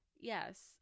Yes